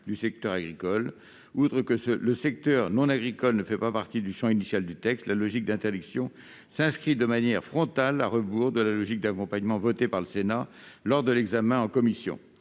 du secteur agricole. Outre que le secteur non agricole ne faisait pas partie du champ initial du texte, la logique d'interdiction s'inscrit de manière frontale à rebours de la logique d'accompagnement adoptée par le Sénat lors de l'examen du texte en commission.